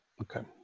Okay